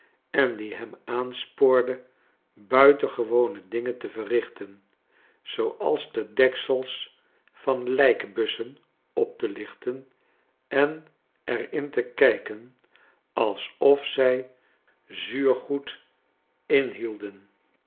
en die hem aanspoorde buitengewone dingen te verrichten zooals de deksels van lijkbussen op te lichten en er in te kijken alsof zij zuurgoed inhielden